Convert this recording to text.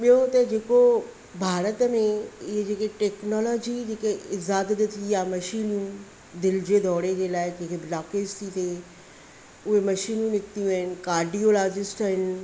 ॿियो त जेको भारत में इहे जेके टैकनोलॉजी जेकी ईज़ाद थी आहे मशीनियूं दिलि जे दौरे जे लाइ जेके ब्लॉकेज थी थिए उहे मशीनियूं निकितियूं आहिनि काडियोलॉजिस्ट आहिनि